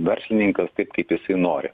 verslininkas taip kaip jisai nori